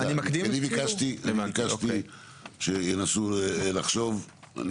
אני ביקשתי שינסו לחשוב.